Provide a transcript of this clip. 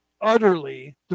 utterly